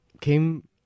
came